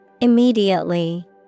Immediately